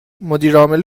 مدیرعامل